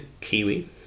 Kiwi